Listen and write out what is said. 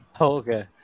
Okay